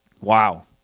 Wow